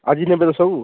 ଆଜି ନେବେ ତ ସବୁ